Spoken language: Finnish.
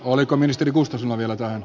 oliko ministeri kuustosella vielä tänä